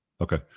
Okay